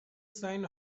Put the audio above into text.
sign